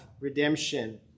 redemption